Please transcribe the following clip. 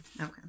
Okay